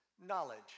knowledge